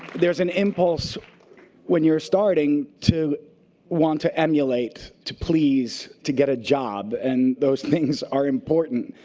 there's an impulse when you're starting to want to emulate, to please, to get a job, and those things are important.